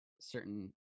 certain